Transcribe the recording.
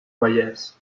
vallès